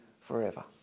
forever